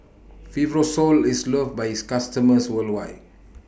Fibrosol IS loved By its customers worldwide